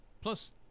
Plus